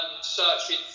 searching